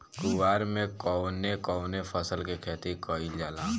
कुवार में कवने कवने फसल के खेती कयिल जाला?